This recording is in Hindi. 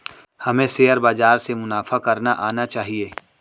हमें शेयर बाजार से मुनाफा करना आना चाहिए